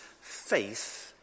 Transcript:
faith